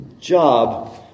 job